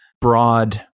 broad